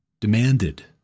demanded